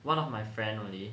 one of my friend only